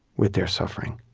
with their suffering,